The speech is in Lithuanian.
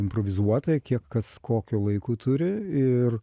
improvizuotai kiek kas kokiu laiku turi ir